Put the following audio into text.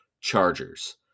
Chargers